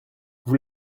vous